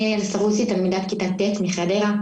אני תלמידת כיתה ט' מחדרה,